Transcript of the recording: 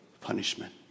punishment